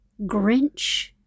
Grinch